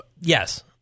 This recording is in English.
Yes